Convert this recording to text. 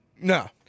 No